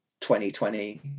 2020